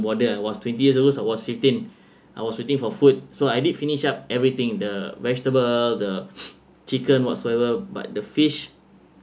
bothers I was twenty years ago I was fifteen I was waiting for food so I did finish up everything the vegetable the chicken whatsoever but the fish